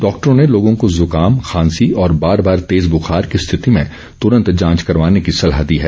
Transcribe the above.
डॉक्टरों ने लोगों को जुकाम खांसी और बार बार तेज बुखार की स्थिति में तूरंत जांच करवाने की सलाह दी है